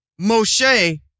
Moshe